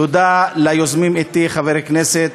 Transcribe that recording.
תודה ליוזמים אתי, חברי הכנסת